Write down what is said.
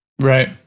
right